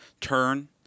turn